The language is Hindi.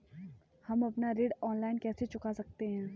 हम अपना ऋण ऑनलाइन कैसे चुका सकते हैं?